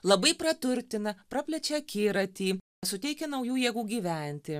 labai praturtina praplečia akiratį suteikia naujų jėgų gyventi ir